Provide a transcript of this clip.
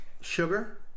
sugar